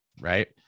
right